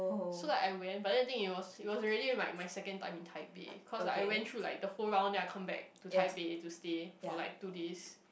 so like I went but then the thing it was it was really my my second time in Taipei cause like I went through like the whole round then I come back to Taipei to stay for like two days